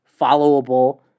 followable